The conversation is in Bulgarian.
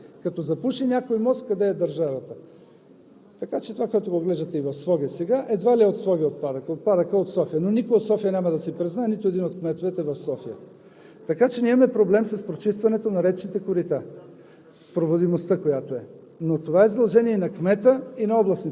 поголовно се изхвърлят боклуци в реката: „Ряката да ги откарала някъде си.“ Като запуши някой мост, къде е държавата? Така че това, което виждате и в Своге сега, едва ли отпадъкът е от Своге. Отпадъкът е от София, но никой от София няма да си признае. Нито един от кметовете в София! Така че ние имаме проблем с прочистването на речните корита,